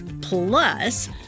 Plus